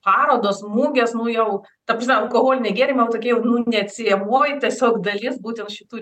parodos mugės nu jau ta prasme alkoholiniai gėrimai jau tokie jau neatsiejamoji tiesiog dalis būtent šitų